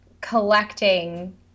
collecting